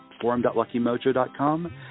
forum.luckymojo.com